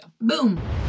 Boom